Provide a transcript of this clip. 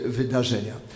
wydarzenia